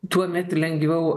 tuomet lengviau